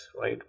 right